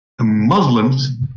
Muslims